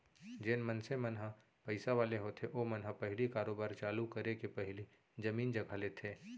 जेन मनसे मन ह पइसा वाले होथे ओमन ह पहिली कारोबार चालू करे के पहिली जमीन जघा लेथे